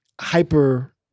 hyper